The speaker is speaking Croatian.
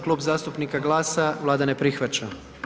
Klub zastupnika GLAS-a Vlada ne prihvaća.